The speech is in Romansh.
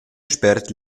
spert